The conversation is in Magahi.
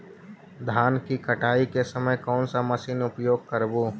धान की कटाई के समय कोन सा मशीन उपयोग करबू?